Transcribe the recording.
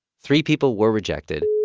three people were rejected